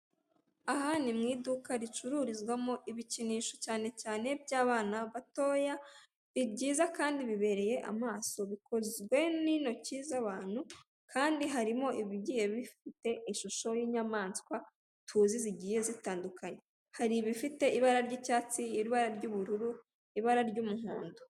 Aha ni mu iduka ricururizwamo ibikinisho cyane cyane by'abana batoya, ni byiza kandi bibereye amaso, bikozwe n'intoki z'abantu kandi harimo ibigiye bifite ishusho y'inyamaswa tuzi zigiye zitandukanye. Hari ibifite ibara ry'icyatsi, ibara ry'ubururu, ibara ry'umuhondo.